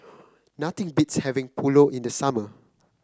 nothing beats having Pulao in the summer